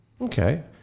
Okay